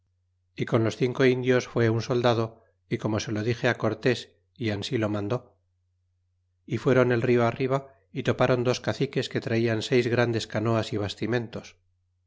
y con los cinco indios fué un soldado y como se lo dixe cortés y ansi lo mandó y fuéron el rio arriba é topron dos caciques que traían seis grandes canoas y bastimentos